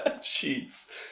Sheets